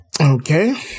Okay